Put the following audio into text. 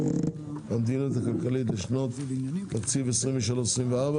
המדיניות הכלכלית לשנות התקציב 2023 ו-2024),